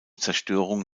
zerstörung